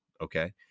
okay